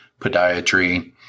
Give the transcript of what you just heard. podiatry